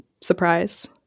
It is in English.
surprise